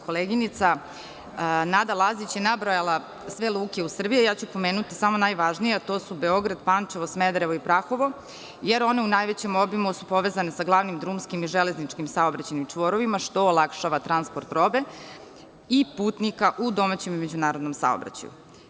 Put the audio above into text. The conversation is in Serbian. Koleginica Nada Lazić je nabrojala sve luke u Srbiji, a ja ću pomenuti samo najvažnije, a to su Beograd, Pančevo, Smederevo i Prahovo, jer su ona u najvećem obimu povezana sa glavnim drumskim i železničkim saobraćajnim čvorovima, što olakšava transport robe i putnika u domaćem međunarodnom saobraćaju.